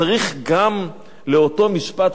צריך גם לאותו משפט,